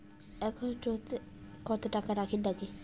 একাউন্টত কত টাকা রাখীর নাগে?